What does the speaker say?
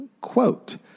Quote